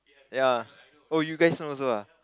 ya oh you guys know also ah